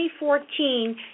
2014